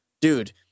dude